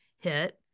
hit